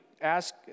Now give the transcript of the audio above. ask